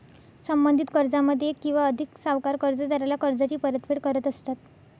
संबंधित कर्जामध्ये एक किंवा अधिक सावकार कर्जदाराला कर्जाची परतफेड करत असतात